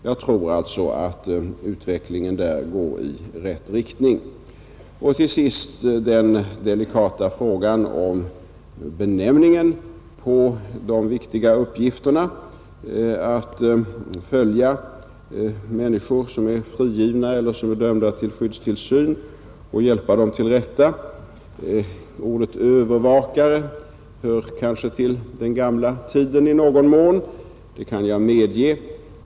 Jag tror alltså att utvecklingen går i rätt riktning. Till sist den delikata frågan om benämningen på dem som fullgör den viktiga uppgiften att följa och hjälpa till rätta de människor som dömts till skyddstillsyn. Ordet ”övervakare” hör kanske till den gamla tiden — det kan jag medge.